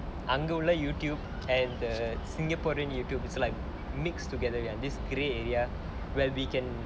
YouTube and the singaporean YouTube it's like mixed together ya this grey area where we can